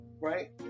right